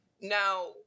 Now